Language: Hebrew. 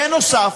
בנוסף,